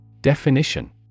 Definition